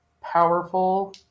powerful